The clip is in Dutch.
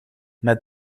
met